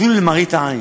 אפילו למראית עין,